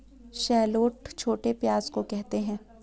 shallot छोटे प्याज़ को कहते है